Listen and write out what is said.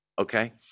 Okay